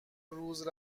روز